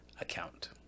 account